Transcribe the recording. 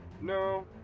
No